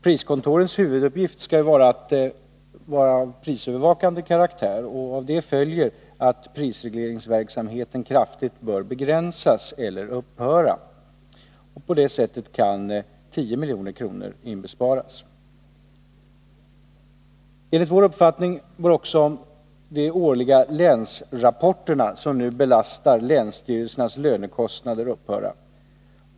Priskontorens huvuduppgift skall vara av prisövervakande karaktär. Härav följer att prisregleringsverksamheten kraftigt bör begränsas eller upphöra. På det sättet kan 10 milj.kr. inbesparas. Enligt vår uppfattning bör de årliga länsrapporterna som nu belastar länssyrelsernas lönekostnader upphöra.